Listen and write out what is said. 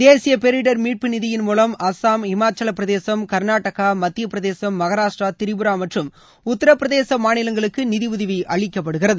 தேசிய பேரிடர் மீட்பு நிதியின் மூவம் அசாம் ஹிமாச்சல பிரதேசம் கர்நாடகா மத்திய பிரதேசம் மகாராஷ்டிரா திரிபுரா மற்றும் உத்தரப் பிரதேச மாநிலங்களுக்கு நிதி உதவி அளிக்கப்படுகிறது